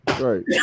right